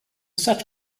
such